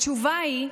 התשובה היא,